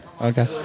Okay